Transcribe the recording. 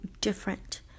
different